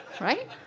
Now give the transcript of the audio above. Right